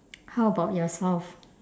how about yourself